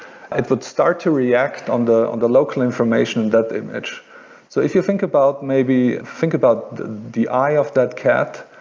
it would start to react on the and local information in that image so if you think about maybe, think about the the eye of that cat,